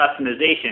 customization